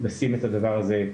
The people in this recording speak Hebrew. לשים את הדבר הזה.